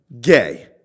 gay